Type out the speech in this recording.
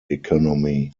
economy